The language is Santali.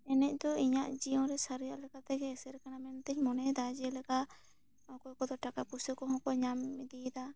ᱮᱱᱮᱡ ᱫᱚ ᱤᱧᱟᱹᱜ ᱡᱤᱭᱚᱱ ᱥᱟᱹᱨᱤᱭᱟᱜ ᱞᱮᱠᱟᱛᱮ ᱦᱮᱥᱮᱨ ᱟᱠᱟᱱᱟ ᱢᱮᱱᱛᱮ ᱤᱧ ᱢᱚᱱᱮ ᱮᱫᱟ ᱡᱮ ᱞᱮᱠᱟ ᱚᱠᱚᱭ ᱠᱚ ᱫᱚ ᱴᱟᱠᱟ ᱯᱩᱭᱥᱟᱹ ᱦᱚᱸ ᱠᱚ ᱧᱟᱢ ᱤᱫᱤᱭᱫᱟ ᱟᱨ